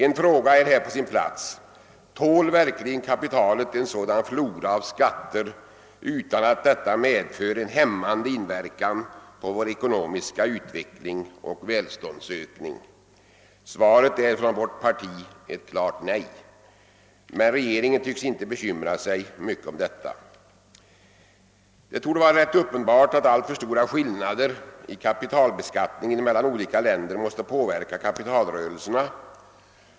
En fråga är här på sin plats: Tål verkligen kapitalet en sådan flora av skatter utan att detta medför en hämmande inverkan på vår ekonomiska utveckling och välståndsökning? Svaret är från vårt parti ett klart nej. Men regeringen tycks inte bekymra sig mycket om detta. Det torde vara rätt uppenbart att ailtför stora skillnader i kapitalbeskattning en mellan olika länder måste påverka kapitalrörelserna.